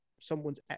someone's